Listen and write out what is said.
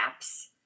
apps